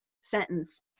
sentence